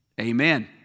Amen